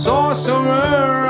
Sorcerer